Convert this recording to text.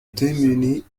démenait